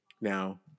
now